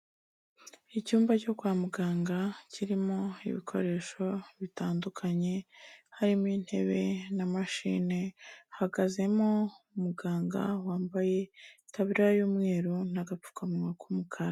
Icyumba cyo kwa muganga kirimo ibikoresho bitandukanye, harimo intebe na mashine, hahagazemo umuganga wambaye itaburiya y'umweru n'agapfukamuwa k'umukara.